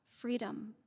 freedom